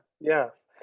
yes